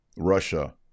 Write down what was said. Russia